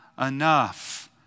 enough